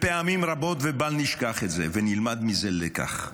פעמים רבות, ובל נשכח את זה ונלמד מזה לקח,